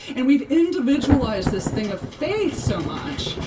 and we've individualized this thing of faith so much,